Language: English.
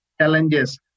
challenges